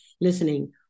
listening